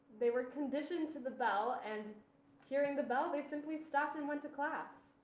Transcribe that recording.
they were conditioned to the bell, and hearing the bell, they simply stopped and went to class.